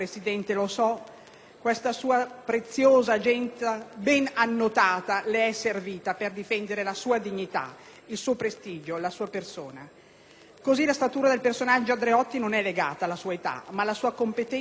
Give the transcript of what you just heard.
la sua preziosa agenda, ben annotata le è servita per difendere la sua dignità, il suo prestigio e la sua persona. Così, la statura del personaggio Andreotti non è legata alla sua età, ma alla sua competenza e assiduità